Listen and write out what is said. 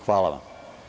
Hvala vam.